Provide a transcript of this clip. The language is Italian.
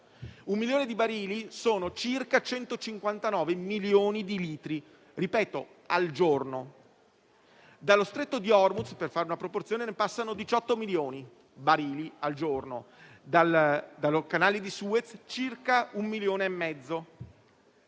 Un milione di barili sono circa 159 milioni di litri; ripeto, al giorno. Dallo Stretto di Hormuz, per fare una proporzione, passano 18 milioni di barili al giorno; dal Canale di Suez circa 1,5 milioni. Non